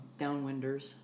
downwinders